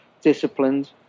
disciplined